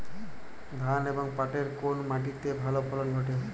ধান এবং পাটের কোন মাটি তে ভালো ফলন ঘটে?